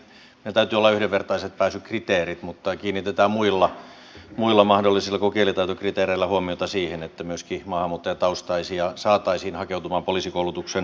täytyy olla yhdenvertaiset pääsykriteerit mutta kiinnitetään mahdollisilla muilla kuin kielitaitokriteereillä huomiota siihen että myöskin maahanmuuttajataustaisia saataisiin hakeutumaan poliisikoulutuksen piiriin